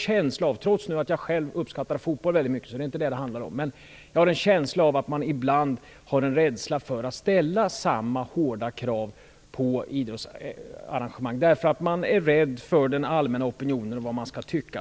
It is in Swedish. Men trots att jag själv uppskattar fotboll väldigt mycket - så det är inte det frågan handlar om - har jag en känsla av att det ibland finns en rädsla för att ställa samma hårda krav när det gäller idrottsarrangemang, därför att man är rädd för vad den allmänna opinionen skall tycka.